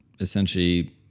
essentially